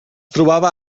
trobava